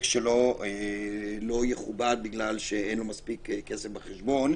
שלו לא יכובד בגלל שאין לו מספיק כסף בחשבון,